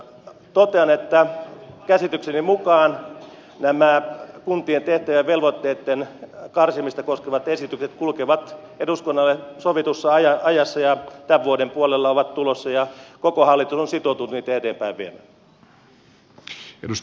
totean että käsitykseni mukaan nämä kuntien tehtävien ja velvoitteitten karsimista koskevat esitykset kulkevat eduskunnalle sovitussa ajassa ja tämän vuoden puolella ovat tulossa ja koko hallitus on sitoutunut niitä eteenpäin viemään